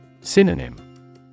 Synonym